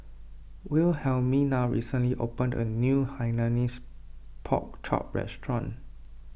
Wilhelmina recently opened a new Hainanese Pork Chop restaurant